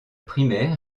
primaire